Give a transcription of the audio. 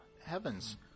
heavens